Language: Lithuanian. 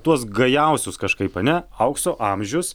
tuos gajausius kažkaip ane aukso amžius